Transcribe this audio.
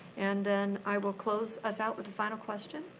and then i will close us out with the final question.